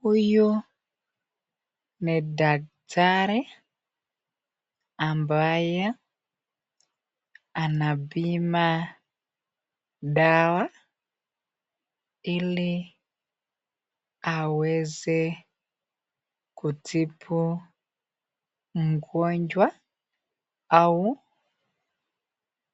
Huyu ni daktari ambaye anapima dawa ili aweze kutibu mgonjwa au